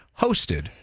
hosted